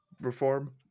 reform